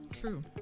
True